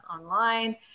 online